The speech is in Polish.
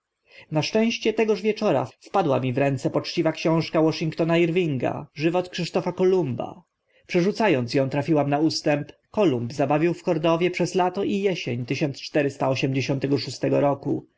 na szczęście tegoż wieczora wpadła mi w ręce poczciwa książka washingtona irvinga żywot krzysztofa kolumba przerzuca ąc ą trafiłam na ustęp kolumb zabawił w kordowie przez lato i esień roku